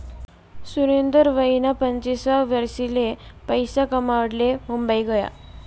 सुरेंदर वयना पंचवीससावा वरीसले पैसा कमाडाले मुंबई गया